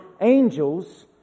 angels